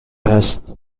هست